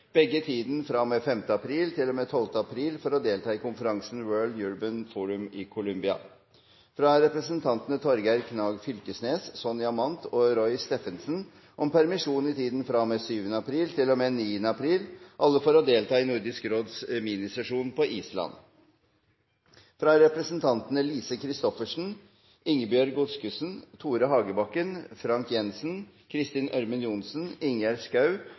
begge i tiden fra og med 5. april til og med 12. april for å delta i konferansen World Urban Forum i Colombia. Fra representantene Torgeir Knag Fylkesnes, Sonja Mandt og Roy Steffensen om permisjon i tiden fra og med 7. april til og med 9. april – alle for å delta i Nordisk råds minisesjon på Island. Fra representantene Lise Christoffersen, Ingebjørg Godskesen, Tore Hagebakken, Frank J. Jenssen, Kristin Ørmen Johnsen, Ingjerd